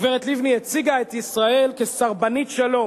הגברת לבני הציגה את ישראל כסרבנית שלום,